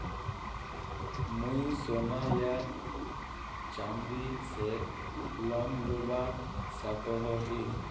मुई सोना या चाँदी से लोन लुबा सकोहो ही?